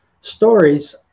stories